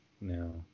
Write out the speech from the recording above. no